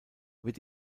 wird